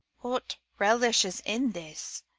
what relish is in this?